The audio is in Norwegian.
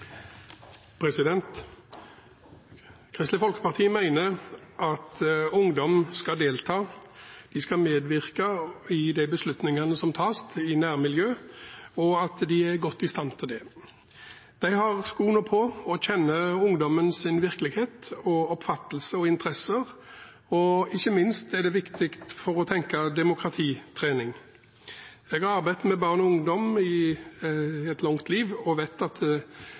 viktigast. Kristelig Folkeparti mener at ungdom skal delta, at de skal medvirke i de beslutningene som tas i nærmiljøet, og at de er godt i stand til det. De har skoene på og kjenner ungdommens virkelighet, oppfatninger og interesser. Ikke minst er dette viktig for å tenke demokratitrening. Jeg har gjennom et langt liv arbeidet med barn og ungdom og vet at